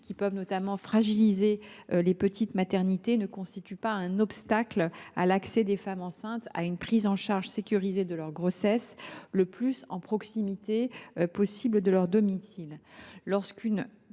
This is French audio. qui peuvent notamment fragiliser les petites maternités, ne constituent pas un obstacle à l’accès des femmes enceintes à une prise en charge sécurisée de leur grossesse, le plus près possible de leur domicile. Lorsqu’une